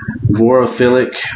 vorophilic